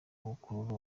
gukurura